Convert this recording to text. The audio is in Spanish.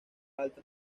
alta